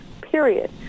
period